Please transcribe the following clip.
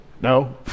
No